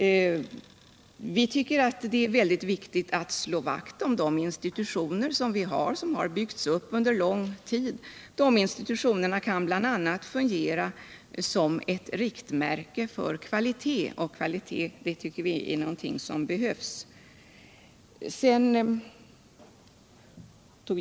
Vi tycker att det är mycket viktigt att slå vakt om de institutioner som vi har och som har byggts upp under lång tid. De kan bl.a. fungera som ett riktmärke för kvalitet, och vi tycker att kvalitet är viktig när det gäller kultur.